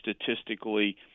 statistically